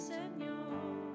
Señor